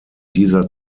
dieser